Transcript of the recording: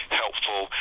helpful